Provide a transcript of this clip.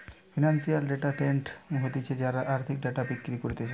financial data vendor হতিছে যারা আর্থিক ডেটা বিক্রি করতিছে